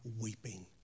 weeping